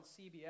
CBS